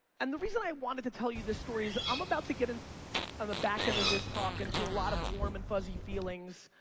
and the reason i wanted to tell you this story is i'm about to get an on the back end of this talk into a lot of warm and fuzzy feelings,